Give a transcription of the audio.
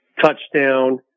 touchdown